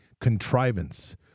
contrivance